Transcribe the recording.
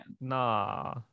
Nah